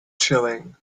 chilling